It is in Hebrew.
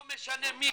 לא משנה מי,